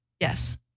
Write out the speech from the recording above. Yes